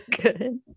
good